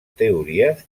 teories